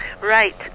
Right